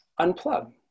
unplug